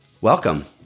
Welcome